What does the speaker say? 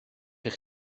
eich